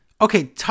Okay